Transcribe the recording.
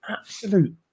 absolute